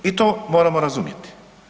I to moramo razumjeti.